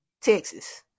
Texas